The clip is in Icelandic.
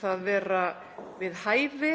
það vera við hæfi